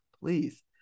please